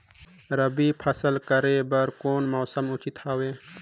रबी फसल करे बर कोन मौसम उचित हवे?